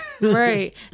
Right